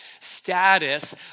status